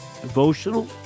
devotional